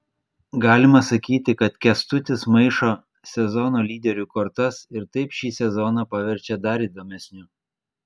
galima sakyti kad kęstutis maišo sezono lyderių kortas ir taip šį sezoną paverčia dar įdomesniu